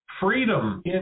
Freedom